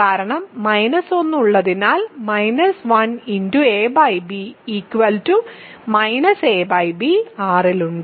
കാരണം 1 ഉള്ളതിനാൽ ab ab R ൽ ഉണ്ട്